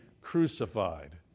crucified